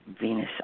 Venus